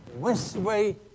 westway